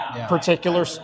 particular